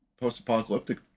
post-apocalyptic